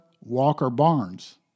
Walker-Barnes